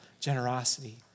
generosity